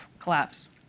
collapse